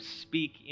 speak